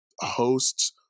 hosts